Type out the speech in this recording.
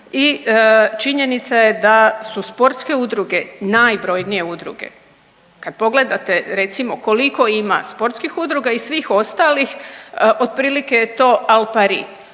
I činjenica je da su sportske udruge najbrojnije udruge. Kad pogledate recimo koliko ima sportskih udruga i svih ostalih otprilike je to al pari.